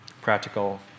practical